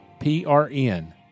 PRN